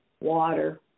water